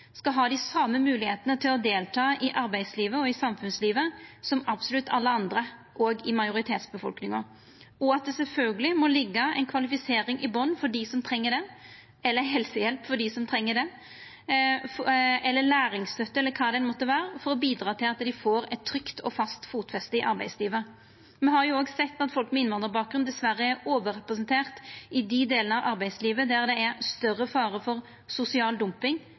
skal ha dei same moglegheitene til å delta i arbeidslivet og samfunnslivet som absolutt alle andre, òg i majoritetsbefolkninga. Det må sjølvsagt òg liggja ei kvalifisering i botnen for dei som treng det, eller helsehjelp for dei som treng det, eller læringsstøtte, eller kva det måtte vera, for å bidra til at dei får eit trygt og fast fotfeste i arbeidslivet. Me har òg sett at folk med innvandrarbakgrunn dessverre er overrepresenterte i dei delane av arbeidslivet der det er større fare for sosial dumping,